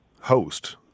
host